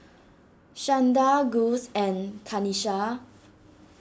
Shanda Gus and Kanisha